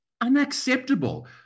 Unacceptable